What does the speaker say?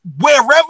wherever